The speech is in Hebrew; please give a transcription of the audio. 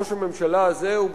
ראש הממשלה הזה הוא,